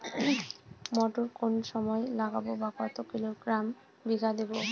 মটর কোন সময় লাগাবো বা কতো কিলোগ্রাম বিঘা দেবো?